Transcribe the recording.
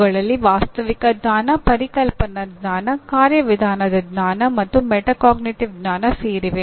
ಇವುಗಳಲ್ಲಿ ವಾಸ್ತವಿಕ ಜ್ಞಾನ ಪರಿಕಲ್ಪನಾ ಜ್ಞಾನ ಕಾರ್ಯವಿಧಾನದ ಜ್ಞಾನ ಮತ್ತು ಒಳ ಅರಿವು ಜ್ಞಾನ ಸೇರಿವೆ